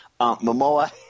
Momoa